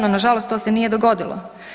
No na žalost to se nije dogodilo.